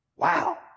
Wow